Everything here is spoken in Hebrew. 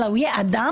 אלא הוא יהיה אדם,